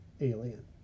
alien